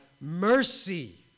mercy